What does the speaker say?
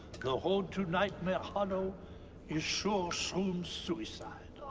hall to nightmare hollow is sure shroom suicide.